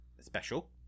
special